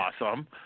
Awesome